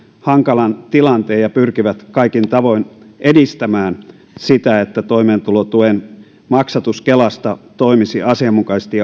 hankalan tilanteen ja pyrkivät kaikin tavoin edistämään sitä että toimeentulotuen maksatus kelasta toimisi asianmukaisesti